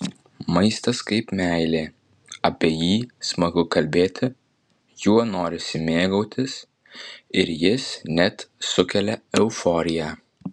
maistas kaip meilė apie jį smagu kalbėti juo norisi mėgautis ir jis net sukelia euforiją